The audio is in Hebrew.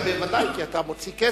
בוודאי, כי אתה מוציא כסף.